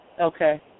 Okay